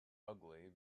ugly